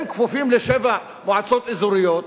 הם כפופים לשבע מועצות אזוריות